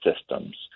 systems